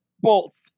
bolts